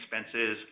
expenses